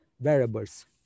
variables